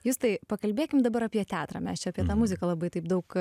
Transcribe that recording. justai pakalbėkim dabar apie teatrą mes čia apie tą muziką labai taip daug